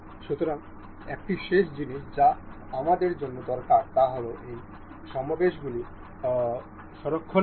সুতরাং একটি শেষ জিনিস যা আমাদের জানা দরকার তা হল এই সমাবেশগুলি সংরক্ষণ করা